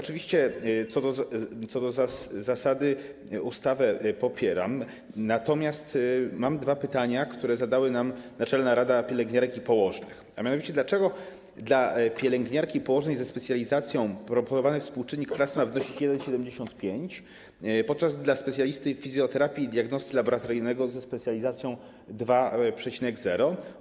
Oczywiście co do zasady ustawę popieram, natomiast mam dwa pytania, które zadała nam Naczelna Rada Pielęgniarek i Położnych, mianowicie: Dlaczego dla pielęgniarki i położnej ze specjalizacją proponowany współczynnik pracy ma wynosić 1,75, podczas gdy dla specjalisty fizjoterapii i diagnosty laboratoryjnego ze specjalizacją - 2,0?